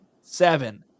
seven